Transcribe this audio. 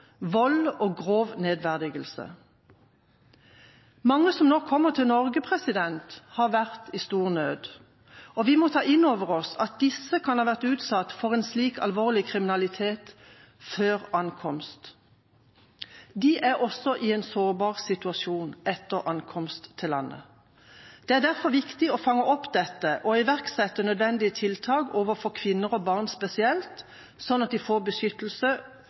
vold og grov nedverdigelse. Mange som nå kommer til Norge, har vært i stor nød. Vi må ta inn over oss at disse kan ha vært utsatt for en slik alvorlig kriminalitet før ankomst. De er også i en sårbar situasjon etter ankomst til landet. Det er derfor viktig å fange opp dette og iverksette nødvendige tiltak overfor kvinner og barn spesielt, sånn at de får beskyttelse,